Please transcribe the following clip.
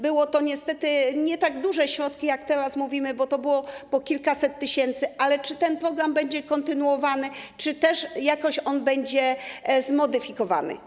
Były to niestety nie tak duże środki, jak teraz mówimy, bo to było po kilkaset tysięcy, ale mam pytanie: Czy ten program będzie kontynuowany, czy też jakoś on będzie zmodyfikowany?